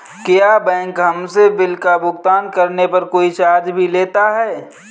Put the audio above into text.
क्या बैंक हमसे बिल का भुगतान करने पर कोई चार्ज भी लेता है?